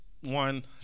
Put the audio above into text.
one